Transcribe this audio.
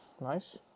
nice